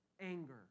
anger